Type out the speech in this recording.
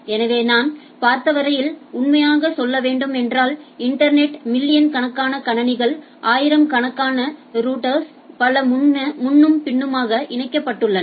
எனவே நான் பார்த்தவரையில் உண்மையாக சொல்ல வேண்டுமென்றால் இன்டர்நெட்டில் மில்லியன் கணக்கான கணினிகள் ஆயிரக்கணக்கான ரௌட்டர்ஸ் மற்றும் பல முன்னும் பின்னுமாக இணைக்கப்பட்டுள்ளன